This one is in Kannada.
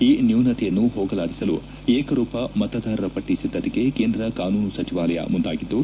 ಈ ನ್ಯೂನತೆಯನ್ನು ಹೋಗಲಾಡಿಸಲು ಏಕರೂಪ ಮತದಾರರ ಪಟ್ಟ ಸಿದ್ದತೆಗೆ ಕೇಂದ್ರ ಕಾನೂನು ಸಚಿವಾಲಯ ಮುಂದಾಗಿದ್ದು